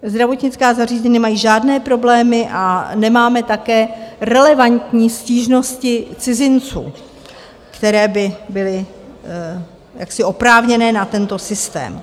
Zdravotnická zařízení nemají žádné problémy a nemáme také relevantní stížnosti cizinců, které by byly jaksi oprávněné, na tento systém.